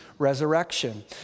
resurrection